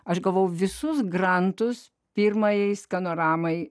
aš gavau visus grantus pirmajai skanoramai